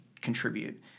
contribute